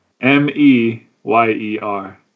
M-E-Y-E-R